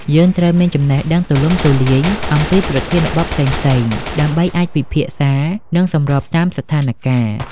យើងត្រូវមានចំណេះដឹងទូលំទូលាយអំពីប្រធានបទផ្សេងៗ ដើម្បីអាចពិភាក្សា និងសម្របតាមស្ថានការណ៍។